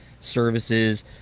services